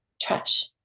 trash